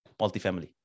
multifamily